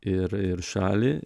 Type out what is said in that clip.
ir ir šalį